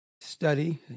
study